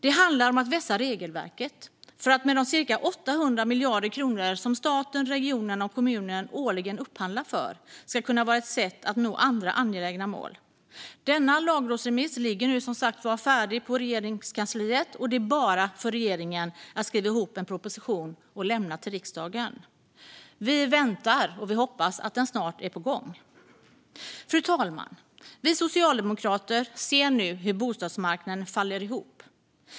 Det handlar om att vässa regelverket för att de cirka 800 miljarder kronor som staten, regionerna och kommunerna årligen upphandlar för ska kunna vara ett sätt att nå andra angelägna mål. Denna lagrådsremiss ligger nu, som sagt, färdig på Regeringskansliet. Det är bara för regeringen att skriva ihop en proposition och lämna den till riksdagen. Vi väntar och hoppas att den snart är på gång. Fru talman! Vi socialdemokrater ser nu hur bostadsmarknaden faller ihop.